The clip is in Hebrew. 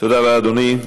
תודה רבה, אדוני.